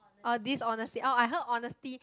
oh dishonesty oh I heard honesty